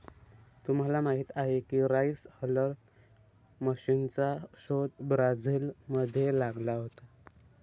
तुम्हाला माहीत आहे का राइस हलर मशीनचा शोध ब्राझील मध्ये लागला होता